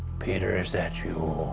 peter, is that you?